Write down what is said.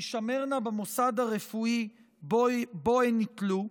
תישמרנה במוסד הרפואי שבו הן ניטלו,